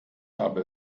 habe